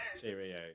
Cheerio